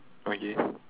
okay